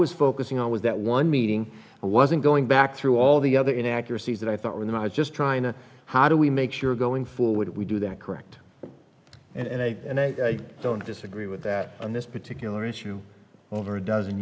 was focusing on was that one meeting wasn't going back through all the other inaccuracies that i thought when i was just trying to how do we make sure going forward we do that correct and i don't disagree with that on this particular issue over a dozen